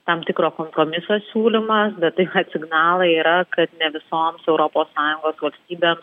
tam tikro kompromiso siūlymas bet tai kad signalai yra kad ne visoms europos sąjungos valstybėms